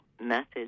methods